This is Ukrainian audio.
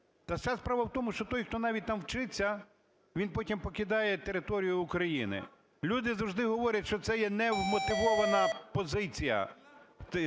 Та вся справа в тому, що той, хто навіть там вчиться, він потім покидає територію України. Люди завжди говорять, що це є невмотивована позиція такої